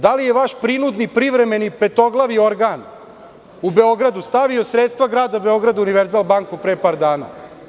Da li je vaš prinudni privremeni petoglavi ogran u Beogradu stavio sredstva Grada Beograda u „Univerzal banku“ pre par dana?